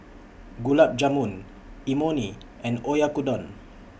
Gulab Jamun Imoni and Oyakodon